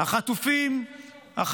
החטופים הם לא הדבר הכי חשוב.